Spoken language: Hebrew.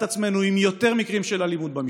עצמנו עם יותר מקרים של אלימות במשפחה,